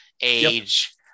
age